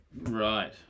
right